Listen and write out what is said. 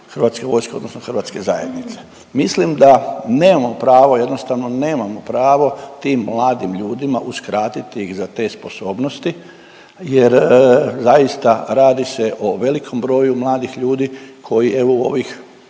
Hrvatske vojske odnosno hrvatske zajednice. Mislim da nemamo pravo jednostavno nemamo pravo tim mladim ljudima uskratiti ih za te sposobnosti jer zaista radi se o velikom broju mladih ljudi koji evo u ovih